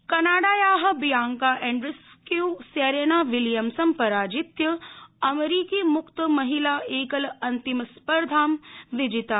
अमरीकी ओपन कनाडाया Bianca Andreescu Serena विलियम्सं पराजित्य अमरीकी मुक्त महिला एकल अन्तिमस्पर्धां विजिता